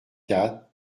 quatre